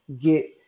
get